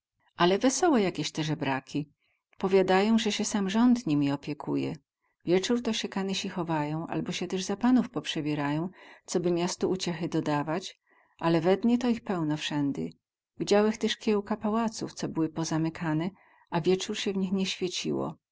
ale wesołe jakieś te zebraki powiadają ze sie sam rząd nimi opiekuje wiecór to sie kanysi chowają abo sie tyz za panów poprzebierają coby miastu uciechy dodawać ale we dnie to ich pełno wsędy widziałech tyz kielka pałaców co były pozamykane a wiecór sie w nich nie świeciło